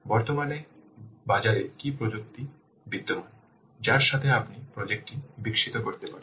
বর্তমানে বাজারে কী প্রযুক্তি বিদ্যমান যার সাথে আপনি প্রজেক্ট টি বিকশিত করতে পারেন